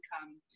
come